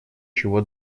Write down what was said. чего